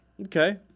Okay